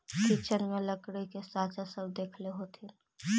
kitchen में लकड़ी के साँचा सब देखले होथिन